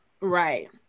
Right